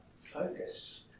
focus